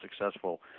successful